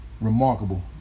remarkable